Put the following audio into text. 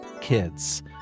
kids